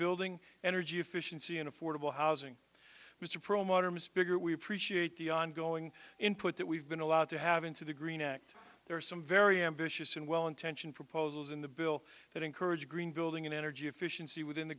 building energy efficiency and affordable housing mr perlmutter ms figure we appreciate the ongoing input that we've been allowed to have into the green act there are some very ambitious and well intentioned proposals in the bill that encourage green building in energy efficiency within the